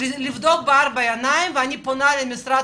לבדוק את המקום הזה בארבע עיניים ואני פונה למשרד